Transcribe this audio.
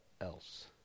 else